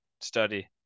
study